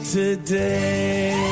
today